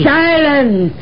silence